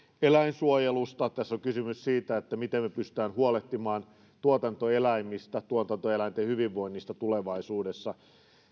eläinsuojelusta tässä on kysymys siitä miten me pystymme huolehtimaan tuotantoeläimistä ja tuotantoeläinten hyvinvoinnista tulevaisuudessa